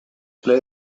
ple